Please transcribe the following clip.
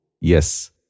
Yes